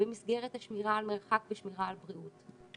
במסגרת השמירה על מרחק ושמירה על בריאות.